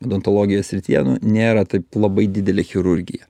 odontologijos srityje nu nėra taip labai didelė chirurgija